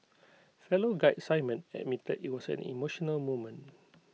fellow guide simon admitted IT was an emotional moment